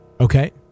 Okay